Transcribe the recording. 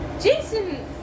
Jason